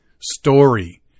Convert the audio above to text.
story